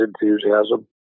enthusiasm